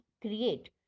create